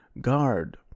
guard